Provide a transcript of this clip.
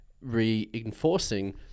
reinforcing